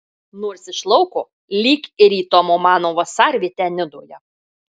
nors iš lauko lyg ir į tomo mano vasarvietę nidoje